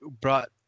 brought